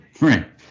Right